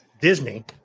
Disney